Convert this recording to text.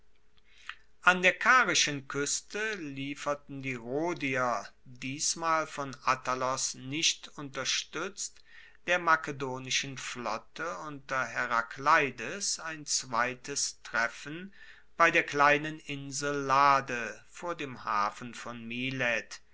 an der karischen kueste lieferten die rhodier diesmal von attalos nicht unterstuetzt der makedonischen flotte unter herakleides ein zweites treffen bei der kleinen insel lade vor dem hafen von milet